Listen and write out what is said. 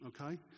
okay